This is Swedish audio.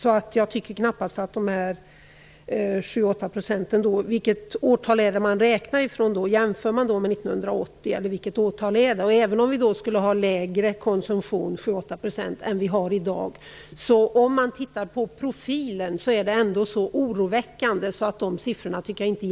Vilket årtal är det som man räknar ifrån? Jämför man med 1980, eller vilket årtal är det fråga om? Profilen är ändå mycket oroväckande.